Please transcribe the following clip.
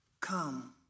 come